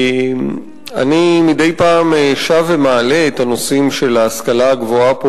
אני מדי פעם שב ומעלה את הנושאים של ההשכלה הגבוהה פה,